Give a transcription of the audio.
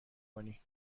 کنی